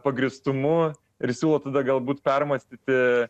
pagrįstumu ir siūlo tada galbūt permąstyti